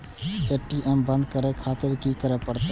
ATM बंद करें खातिर की करें परतें?